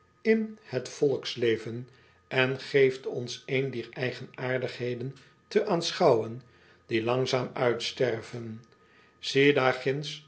in het volksleven en geeft ons een dier eigenaardigheden te aanschouwen die langzaam uitsterven ie daar